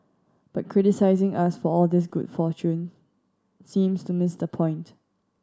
but criticising us for all this good fortune seems to miss the point